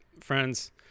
friends